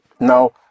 Now